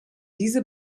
diese